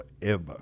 forever